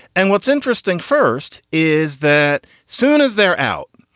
and what's interesting first is that soon as they're out,